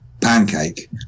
pancake